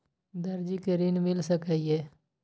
दर्जी कै ऋण मिल सके ये?